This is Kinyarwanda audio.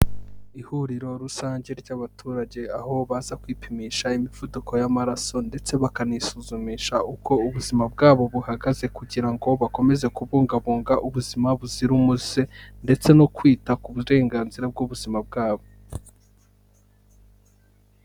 Ihuriro rusange ry'abaturage aho baza kwipimisha imivuduko y'amaraso ndetse bakanisuzumisha uko ubuzima bwabo buhagaze kugira ngo bakomeze kubungabunga ubuzima buzira umuze ndetse no kwita ku burenganzira bw'ubuzima bwabo.